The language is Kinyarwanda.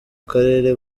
karere